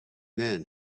then